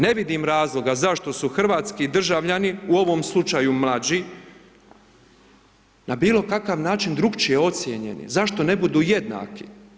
Ne vidim razloga zašto su hrvatski državljani u ovom slučaju mlađi na bilo kakav način drukčije ocijenjeni, zašto ne budu jednaki.